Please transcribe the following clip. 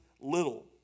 little